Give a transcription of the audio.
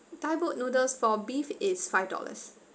thai boat noodles for beef it's five dollars